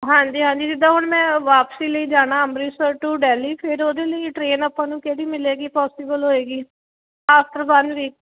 ਹਾਂਜੀ ਹਾਂਜੀ ਜਿੱਦਾਂ ਹੁਣ ਮੈਂ ਵਾਪਸੀ ਲਈ ਜਾਣਾ ਅੰਮ੍ਰਿਤਸਰ ਟੂ ਦਿੱਲੀ ਫਿਰ ਉਹਦੇ ਲਈ ਟ੍ਰੇਨ ਆਪਾਂ ਨੂੰ ਕਿਹੜੀ ਮਿਲੇਗੀ ਪੋਸੀਬਲ ਹੋਏਗੀ ਆਫਟਰ ਵਨ ਵੀਕ